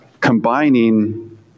combining